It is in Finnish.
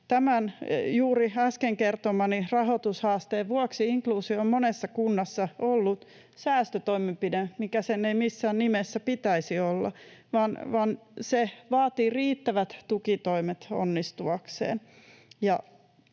Tämän juuri äsken kertomani rahoitushaasteen vuoksi inkluusio on monessa kunnassa ollut säästötoimenpide, mikä sen ei missään nimessä pitäisi olla, vaan se vaatii riittävät tukitoimet onnistuakseen,